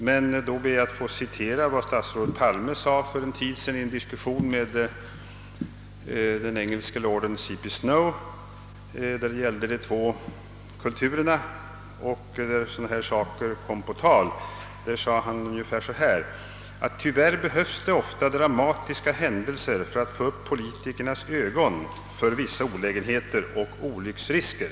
Men då ber jag att få erinra om vad statsrådet Palme sade för en tid sedan i en diskussion med den engelske lorden och författaren C. P. Snow då det gällde de två kulturerna och där sådana här saker kom på tal. Statsrådet Palme sade, att det tyvärr ofta behövs dramatiska händelser för att få upp politikernas ögon för vissa olägenheter och olycksrisker.